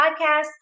Podcast